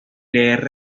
leer